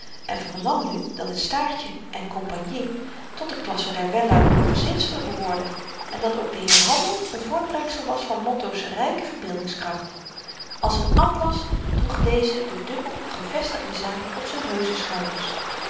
en vernam nu dat het staartjen compagnie tot de klasse der welluidende verzinselen behoorde en dat ook de heer handel n voortbrengsel was van motto's ryke verbeeldingskracht als n atlas droeg deze de dubbel gevestigde zaak op z'n